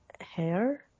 hair